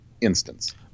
instance